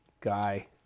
guy